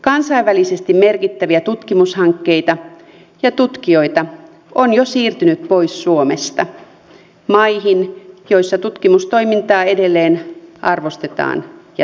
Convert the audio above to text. kansainvälisesti merkittäviä tutkimushankkeita ja tutkijoita on jo siirtynyt pois suomesta maihin joissa tutkimustoimintaa edelleen arvostetaan ja tuetaan